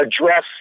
address